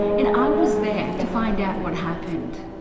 and i was there to find out what happened.